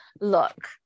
look